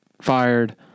fired